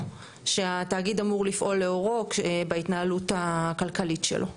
שהתאגיד אמור לפעול לאורו בהתנהלות הכלכלית שלו.